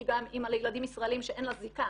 גם אמא לילדים ישראליים שאין לה זיקה,